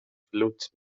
فلوت